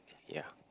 ya